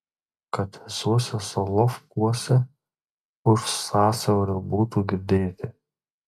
kad visuose solovkuose už sąsiaurio būtų girdėti